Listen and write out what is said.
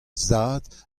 zad